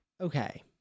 Okay